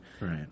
Right